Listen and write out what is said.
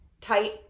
tight